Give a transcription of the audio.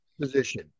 position